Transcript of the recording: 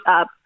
up